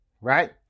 right